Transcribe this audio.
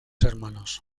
hermanos